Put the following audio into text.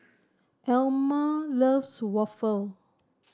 Elma loves Waffle